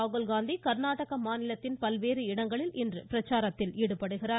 ராகுல் காந்தி கா்நாடக மாநிலத்தின் பல்வேறு இடங்களில் இன்று பிரச்சாரம் மேற்கொள்கிறார்